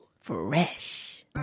Fresh